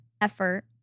effort